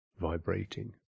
vibrating